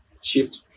shift